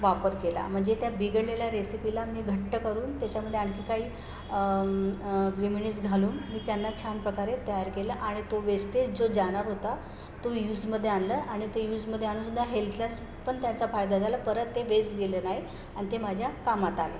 वापर केला म्हणजे त्या बिघडलेल्या रेसिपिला मी घट्ट करून त्याच्यामध्ये आणखी काही ग्रिमिणीज घालून मी त्यांना छान प्रकारे तयार केलं आणि तो वेस्टेज जो जाणार होता तो यूजमध्ये आणला आणि ते यूजमध्ये आणूनसुद्धा हेल्थलाच पण त्यांचा फायदा झाला परत ते वेस्ट गेलं नाही आणि ते माझ्या कामात आलं